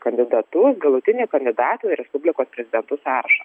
kandidatus galutinį kandidatą į respublikos prezidentus sąrašą